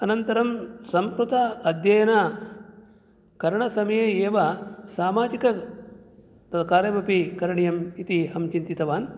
अनन्तरं संस्कृत अध्ययनकरणसमये एव सामाजिक कार्यमपि करणीयम् इति अहं चिन्तितवान्